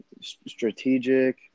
strategic